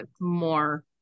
more